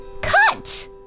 cut